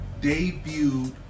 debuted